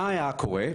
מה היה קורה?